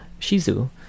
Shizu